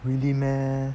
really meh